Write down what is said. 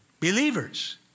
believers